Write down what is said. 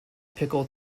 pickle